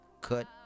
Cut